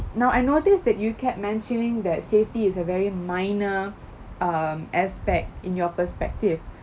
now I notice that you kept mentioning that safety is a very minor um aspect in your perspective